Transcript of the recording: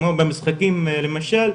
כמו משחקים למשל,